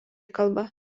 kalba